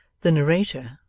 the narrator,